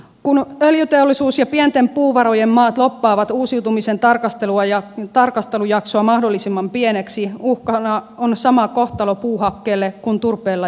kun öljyteollisuus ja pienten puuvarojen maat lobbaavat uusiutumisen tarkastelua ja tarkastelujaksoa mahdollisimman pieneksi uhkana on sama kohtalo puuhakkeelle kuin turpeella jo on